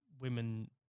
women